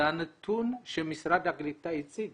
זה הנתון שמשרד הקליטה הציג